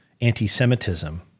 anti-Semitism